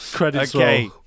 Okay